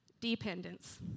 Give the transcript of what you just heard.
dependence